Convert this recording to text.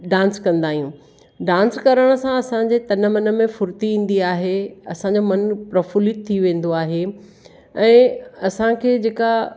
dance कंदा आहियूं dance करण सां असांजे तन मन में फुर्ती ईंदी आहे असांजो मन प्रफुल्लित थी वेंदो आहे ऐं असांखे जेका